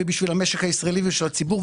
בשביל המשק הישראלי ובשביל הציבור.